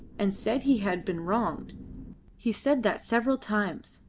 and said he had been wronged he said that several times.